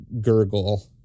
Gurgle